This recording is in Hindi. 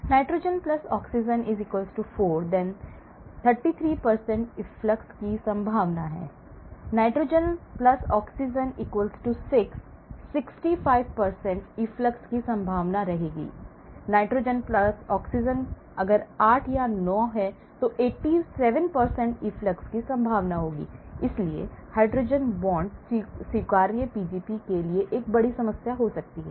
नाइट्रोजन ऑक्सीजन 4 33 इफ्लक्स की संभावना नाइट्रोजन ऑक्सीजन 6 65 नाइट्रोजन ऑक्सीजन 8 या 9 87 इफ्लक्स की संभावना इसलिए हाइड्रोजन बॉन्ड स्वीकर्स Pgp के लिए एक बड़ी समस्या हो सकती है